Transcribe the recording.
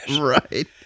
Right